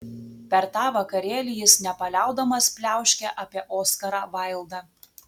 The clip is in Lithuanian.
per tą vakarėlį jis nepaliaudamas pliauškė apie oskarą vaildą